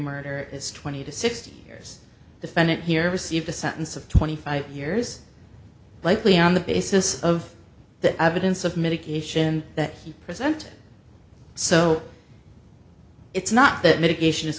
murder is twenty to sixty years defendant here received a sentence of twenty five years likely on the basis of that evidence of medication that he presented so it's not that mitigation is